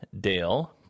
Dale